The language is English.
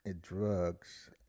drugs